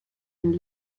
and